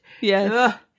Yes